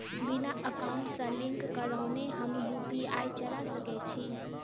बिना एकाउंट सँ लिंक करौने हम यु.पी.आई चला सकैत छी?